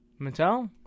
Mattel